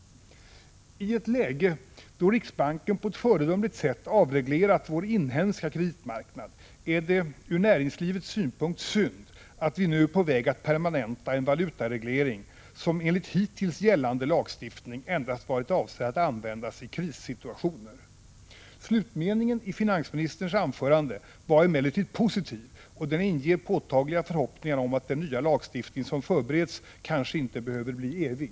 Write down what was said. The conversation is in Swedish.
I ett läge då riksbanken på ett föredömligt sätt avreglerat vår inhemska kreditmarknad är det ur näringslivets synvinkel synd att vi nu är på väg att permanenta en valutareglering som enligt hittills gällande lagstiftning endast varit avsedd att användas i krissituationer. Slutmeningen i finansministerns anförande var emellertid positiv, och den inger påtagliga förhoppningar om att den nya lagstiftning som förbereds kanske inte behöver bli evig.